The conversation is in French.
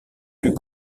plus